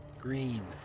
Green